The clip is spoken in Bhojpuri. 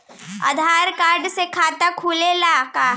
आधार कार्ड से खाता खुले ला का?